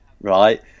right